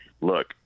look